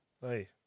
Hey